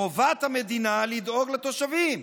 חובת המדינה לדאוג לתושבים,